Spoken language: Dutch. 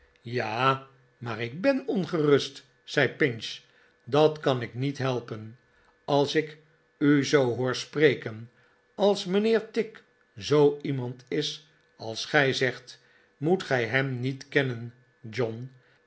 ja maar ik ben ongerust zei pinch dat kan ik niet helpen als ik u zoo hoor spreken als mijnheer tigg zoo iemand is als gij zegt moest gij hem niet kennen john